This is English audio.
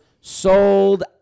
sold